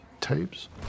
Tapes